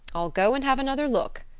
i'll go and have another look,